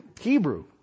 Hebrew